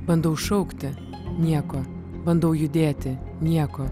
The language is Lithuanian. bandau šaukti nieko bandau judėti nieko